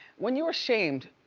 when you are shamed,